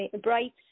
bright